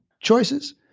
choices